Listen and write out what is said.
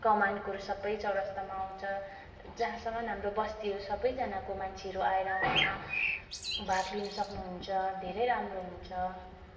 कमानकोहरू सबै चौरस्तामा आउँछ जहाँसम्म हाम्रो बस्तीहरू सबैजनाको मान्छेहरू आएर वहाँ भाग लिनु सक्नु हुन्छ धेरै राम्रो हुन्छ